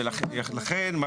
ולכן,